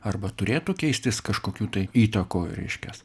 arba turėtų keistis kažkokių tai įtakoj reiškias